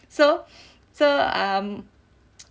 so so um